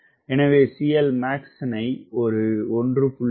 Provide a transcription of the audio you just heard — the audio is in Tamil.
எனவே CLmax தனை ஒரு 1